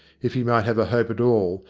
if he might have a hope at all,